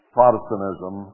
Protestantism